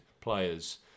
players